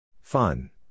Fun